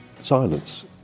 silence